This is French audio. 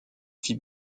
fit